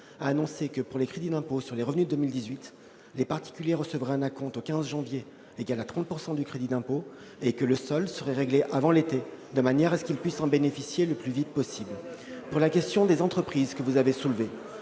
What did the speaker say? a annoncé que, pour les crédits d'impôt sur les revenus de 2018, les particuliers recevront un acompte au 15 janvier égal à 30 % du crédit d'impôt, et que le solde serait réglé avant l'été de manière qu'ils puissent en bénéficier le plus vite possible. S'agissant du rôle des entreprises, nous veillons